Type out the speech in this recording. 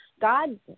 God